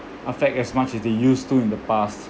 affect as much as they used to in the past